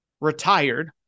retired